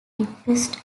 depressed